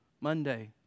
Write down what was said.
Monday